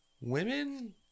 women